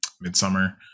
midsummer